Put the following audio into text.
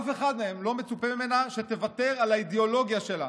מאף אחת מהן לא מצופה שתוותר על האידיאולוגיה שלה,